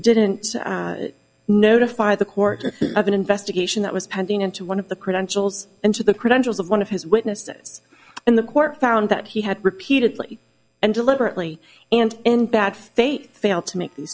didn't notify the quarter of an investigation that was pending into one of the credentials and to the credentials of one of his witnesses and the court found that he had repeatedly and deliberately and in bad faith failed to make these